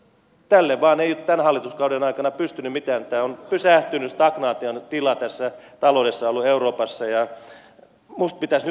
tälle vain ei tämän hallituskauden aikana ole pystynyt mitään tämä on pysähtynyt stagnaation tila tässä taloudessa ollut euroopassa ja minusta pitäisi nyt katsoa eteenpäin